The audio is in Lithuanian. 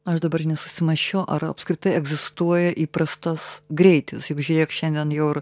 aš dabar ir nesusimąsčiau ar apskritai egzistuoja įprastas greitis juk žiūrėk šiandien jau ir